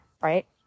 right